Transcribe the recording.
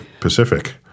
Pacific